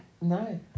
No